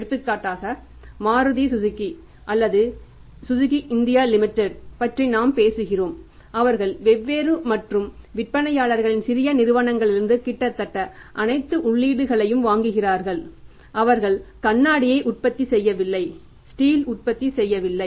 எடுத்துக்காட்டாக மாருதி சுசுகி அல்லது Suzuki India limited பற்றி நாம் பேசுகிறோம் அவர்கள் வெவ்வேறு மற்றும் விற்பனையாளர்களின் சிறிய நிறுவனங்களிலிருந்து கிட்டத்தட்ட அனைத்து உள்ளீடுகளையும் வாங்குகிறார்கள் அவர்கள் கண்ணாடியை உற்பத்தி செய்யவில்லை ஸ்டீல் உற்பத்தி செய்யவில்லை